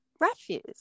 refuse